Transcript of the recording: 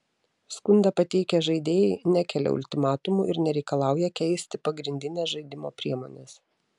skundą pateikę žaidėjai nekelia ultimatumų ir nereikalauja keisti pagrindinės žaidimo priemonės